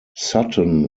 sutton